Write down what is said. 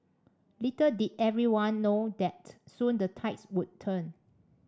little did everyone know that soon the tides would turn